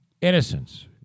Innocence